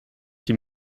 die